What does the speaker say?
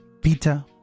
Peter